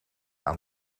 aan